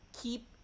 keep